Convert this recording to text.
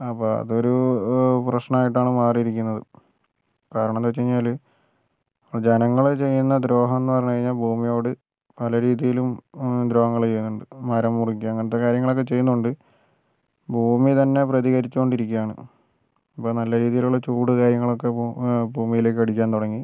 അപ്പം അതൊരു പ്രശ്നമായിട്ടാണ് മാറിയിരിക്കുന്നത് കാരണം എന്നുവെച്ചാൽ ജനങ്ങൾ ചെയ്യുന്ന ദ്രോഹം എന്ന് പറയുന്നത് ഭൂമിയോട് പല രീതിയിലും ദ്രോഹങ്ങൾ ചെയ്യുന്നുണ്ട് മരം മുറിക്കുക അങ്ങനത്തെ കാര്യങ്ങൾ ചെയ്യുന്നുണ്ട് ഭൂമി തന്നെ പ്രതികരിച്ചു കൊണ്ട് ഇരിക്കുകയാണ് ഇപ്പം നല്ല രീതിയിലുള്ള ചൂട് കാര്യങ്ങളൊക്കെ ഭൂമിയിലേക്ക് അടിക്കാൻ തുടങ്ങി